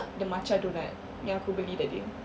the matcha doughnut yang aku beli that day